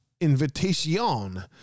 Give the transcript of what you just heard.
Invitation